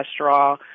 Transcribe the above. cholesterol